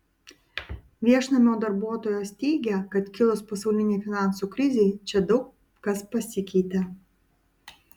viešnamio darbuotojos teigia kad kilus pasaulinei finansų krizei čia daug kas pasikeitė